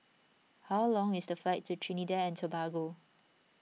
how long is the flight to Trinidad and Tobago